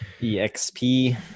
EXP